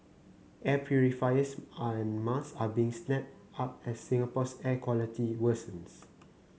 air purifiers and mask are being snapped up as Singapore's air quality worsens